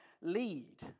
lead